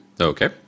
Okay